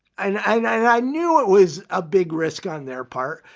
and i knew it was a big risk on their part.